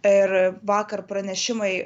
ir vakar pranešimai